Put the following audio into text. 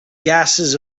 gases